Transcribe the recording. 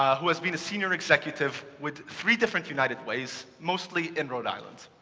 who has been a senior executive with three different united ways, mostly in rhode island.